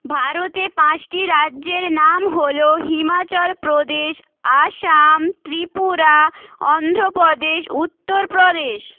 ভারতে পাঁচটি রাজ্যের নাম হলো হিমাচল প্রদেশ আসাম ত্রিপুরা অন্ধ্র প্রদেশ উত্তর প্রদেশ